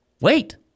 Wait